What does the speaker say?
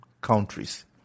countries